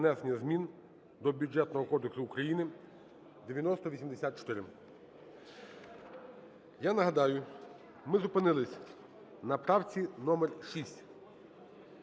про внесення змін до Бюджетного кодексу України (9084). Я нагадаю, ми зупинились на правці номер 6.